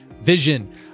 vision